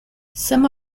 some